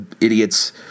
idiots